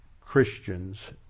Christians